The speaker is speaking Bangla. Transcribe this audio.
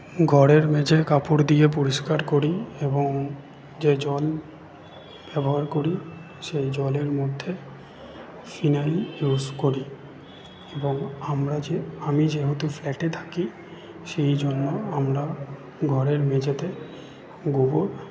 ঘরের মেঝে কাপড় দিয়ে পরিষ্কার করি এবং যে জল ব্যবহার করি সেই জলের মধ্যে ফিনাইল ইউস করি এবং আমরা যে আমি যেহেতু ফ্ল্যাটে থাকি সেই জন্য আমরা ঘরের মেঝেতে গোবর